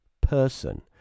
person